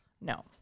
No